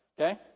okay